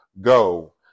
go